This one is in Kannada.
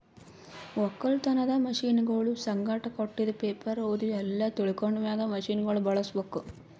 ಒಕ್ಕಲತನದ್ ಮಷೀನಗೊಳ್ ಸಂಗಟ್ ಕೊಟ್ಟಿದ್ ಪೇಪರ್ ಓದಿ ಎಲ್ಲಾ ತಿಳ್ಕೊಂಡ ಮ್ಯಾಗ್ ಮಷೀನಗೊಳ್ ಬಳುಸ್ ಬೇಕು